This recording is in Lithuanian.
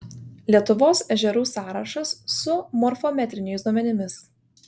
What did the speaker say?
lietuvos ežerų sąrašas su morfometriniais duomenimis